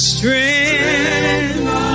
Strength